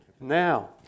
now